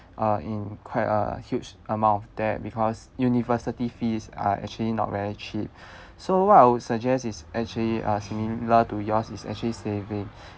uh in quite a huge amount of debt because university fees are actually not very cheap so what I would suggest is actually a similar to yours is actually saving